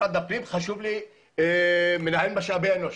במשרד הפנים שחשוב מנהל משאבי אנוש.